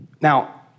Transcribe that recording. Now